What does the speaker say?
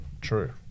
true